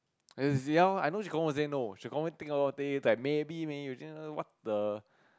as in ya lor I know she will confirm say no she confirm will think a lot of thing it's like maybe may what the